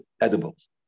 edibles